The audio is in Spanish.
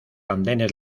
andenes